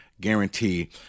guarantee